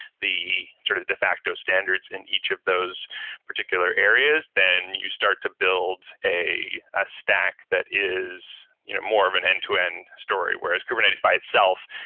the sort of de facto standards in each of those particular areas, then you start to build a ah stack that is you know more of an end-to-end story. whereas kubernetes by itself,